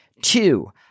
two